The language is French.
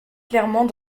clairement